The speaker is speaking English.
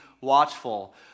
watchful